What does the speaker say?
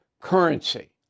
currency